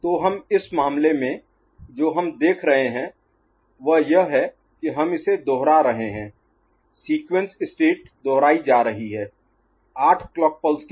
तो हम इस मामले में जो हम देख रहे हैं वह यह है कि हम इसे दोहरा रहे हैं सीक्वेंस स्टेट दोहराई जा रही है आठ क्लॉक पल्स के बाद